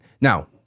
Now